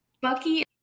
bucky